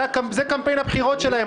זה קמפיין הבחירות שלהם,